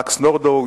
מקס נורדאו,